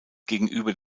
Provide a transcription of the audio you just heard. gegenüber